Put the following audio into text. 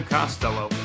Costello